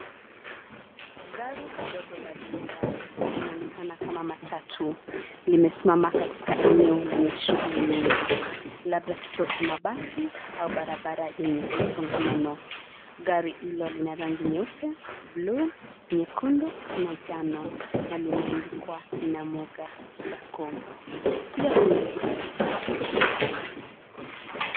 Gari ndogo la abiria linaonekana kama matatu limesimama katika eneo lenye shughuli nyingi; labda kituo cha mabasi au barabara yenye msongamano. Gari hili liko na rangi nyeupe, bluu, nyekundu na njano na limeandikwa Namuga Sacco. Pia kuna ...